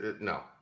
no